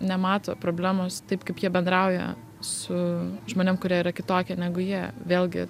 nemato problemos taip kaip jie bendrauja su žmonėm kurie yra kitokie negu jie vėlgi